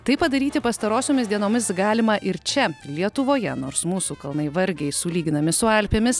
tai padaryti pastarosiomis dienomis galima ir čia lietuvoje nors mūsų kalnai vargiai sulyginami su alpėmis